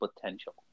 potential